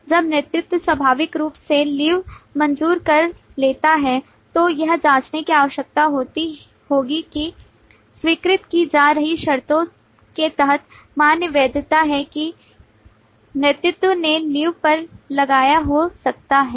जब नेतृत्व स्वाभाविक रूप से लीव मंजूर कर लेता है तो यह जांचने की आवश्यकता होगी कि स्वीकृत की जा रही शर्तों के तहत मान्य वैधता है कि नेतृत्व ने लीव पर लगाया हो सकता है